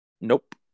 Nope